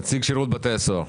נציג שירות בתי הסוהר.